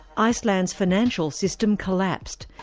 iceland's financial system collapsed,